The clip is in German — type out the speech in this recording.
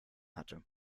hatte